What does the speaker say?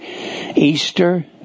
Easter